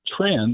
trend